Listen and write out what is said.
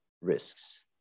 risks